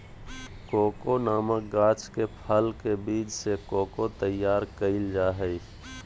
cocoa नामक गाछ के फल के बीज से कोको तैयार कइल जा हइ